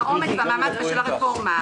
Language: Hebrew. העומק והמאמץ בשל הרפורמה.